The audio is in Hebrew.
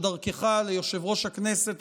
או דרכך ליושב-ראש הכנסת,